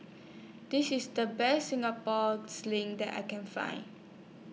This IS The Best Singapore Sling that I Can Find